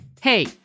Hey